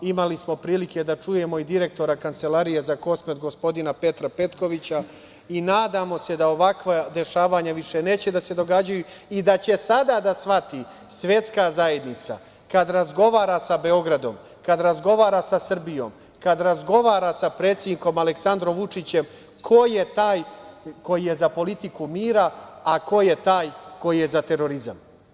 Imali smo prilike da čujemo i direktora Kancelarije za Kosovo i Metohiju, gospodina Petra Petkovića i nadamo se da ovakva dešavanja više neće da se događaju i da će sada da shvati svetska zajednica kada razgovara sa Beogradom, kada razgovara sa Srbijom, kada razgovara sa predsednikom Aleksandrom Vučićem ko je taj koji je za politiku mira, a ko je taj koji je za terorizam.